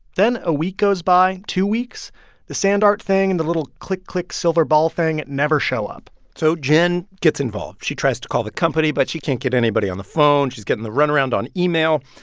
then a week goes by, two weeks the sand art thing and the little click, click silver ball thing never show up so jen gets involved. she tries to call the company, but she can't get anybody on the phone. she's getting the runaround on email.